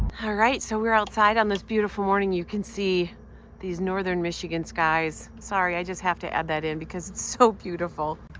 ah so we're outside on this beautiful morning. you can see these northern michigan skies. sorry, i just have to add that in because it's so beautiful.